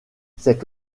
cet